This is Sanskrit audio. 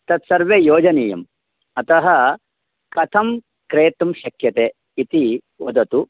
तत् सर्वं योजनीयम् अतः कथं क्रेतुं शक्यते इति वदतु